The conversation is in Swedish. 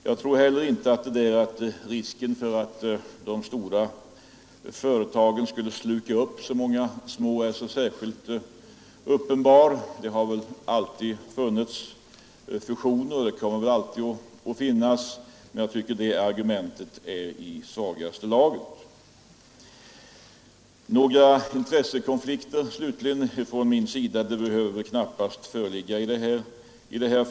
Jag tror heller inte att risken för att de stora företagen skulle uppsluka de många små är särskilt aktuell. Det har väl alltid funnits fusioner och kommer väl alltid att finnas. Jag tycker därför det argumentet är i Svagaste laget. Några intressekonflikter slutligen, ifrån min sida, behöver knappast föreligga i detta fall.